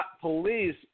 police